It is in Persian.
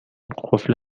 قفل